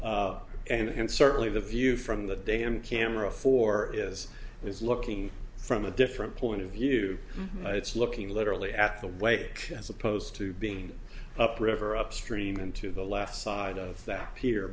think and certainly the view from the dam camera for is is looking from a different point of view it's looking literally at the wake as opposed to being up river upstream and to the left side of that